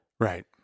Right